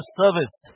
service